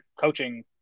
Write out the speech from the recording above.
coaching